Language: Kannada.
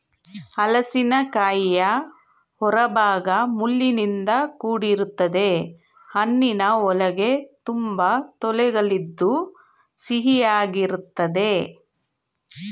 ಹಲಸಿನಕಾಯಿಯ ಹೊರಭಾಗ ಮುಳ್ಳಿನಿಂದ ಕೂಡಿರ್ತದೆ ಹಣ್ಣಿನ ಒಳಗೆ ತುಂಬಾ ತೊಳೆಗಳಿದ್ದು ಸಿಹಿಯಾಗಿರ್ತದೆ